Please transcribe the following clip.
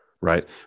right